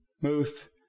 Muth